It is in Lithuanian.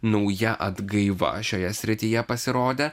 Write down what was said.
nauja atgaiva šioje srityje pasirodė